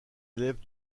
élève